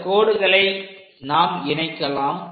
இந்த கோடுகளை நாம் இணைக்கலாம்